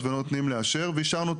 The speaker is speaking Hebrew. שהשר הממונה על החוק,